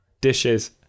Dishes